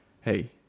Hey